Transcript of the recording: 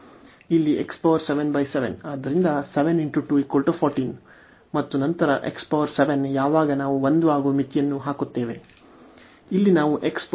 ಇಲ್ಲಿ ಆದ್ದರಿಂದ 7 × 2 14 ಮತ್ತು ನಂತರ x 7 ಯಾವಾಗ ನಾವು 1 ಆಗುವ ಮಿತಿಯನ್ನು ಹಾಕುತ್ತೇವೆ